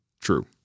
true